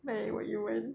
like what you want